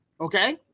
Okay